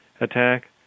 attack